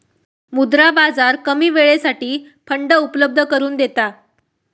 मुद्रा बाजार कमी वेळेसाठी फंड उपलब्ध करून देता